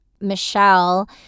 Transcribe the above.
Michelle